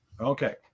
Okay